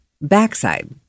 backside